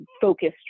focused